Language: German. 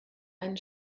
einen